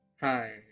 Hi